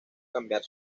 cambiar